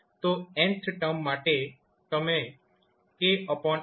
તો nth term માટે તમે k